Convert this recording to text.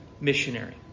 missionary